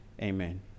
Amen